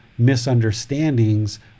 misunderstandings